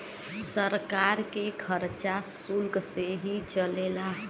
सरकार के खरचा सुल्क से ही चलेला